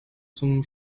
zum